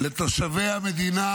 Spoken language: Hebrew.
לתושבי המדינה,